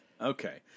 Okay